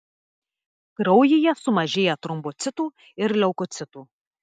kraujyje sumažėja trombocitų ir leukocitų